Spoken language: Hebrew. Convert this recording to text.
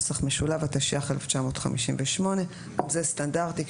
התשי"ח 1958. זה סטנדרטי,